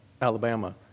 Alabama